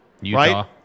Utah